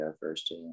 first